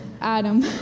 Adam